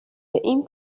این